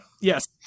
yes